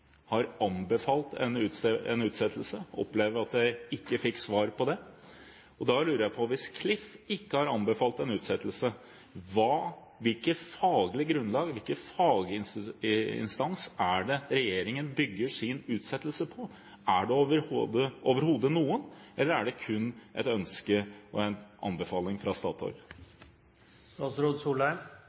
har anbefalt en utsettelse, og opplever at jeg ikke fikk svar på det. Da lurer jeg på: Hvis Klif ikke har anbefalt en utsettelse, hvilket faglig grunnlag – hvilken faginstans – er det regjeringen bygger sin utsettelse på? Er det overhodet noe, eller er det kun et ønske og en anbefaling fra